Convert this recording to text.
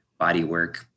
bodywork